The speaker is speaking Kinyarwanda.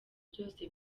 byose